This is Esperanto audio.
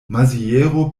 maziero